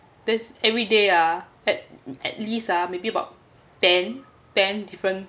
this everyday ah at at least ah maybe about ten ten different